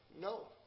No